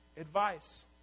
advice